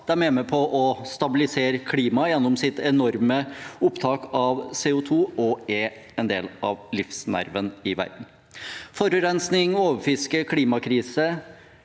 de er med på å stabilisere klimaet gjennom sitt enorme opptak av CO2, og de er en del av livsnerven i verden. Forurensning, overfiske, klimakrise